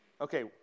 Okay